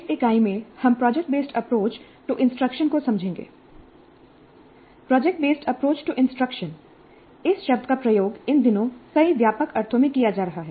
इस इकाई में हम project based approach to instruction project based approach to instruction इस शब्द का प्रयोग इन दिनों कई व्यापक अर्थों में किया जा रहा है